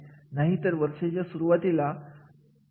यासाठी प्रशिक्षण कार्यक्रम आयोजित केले जाणार आहेत